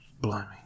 Blimey